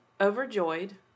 overjoyed